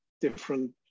different